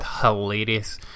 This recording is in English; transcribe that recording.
hilarious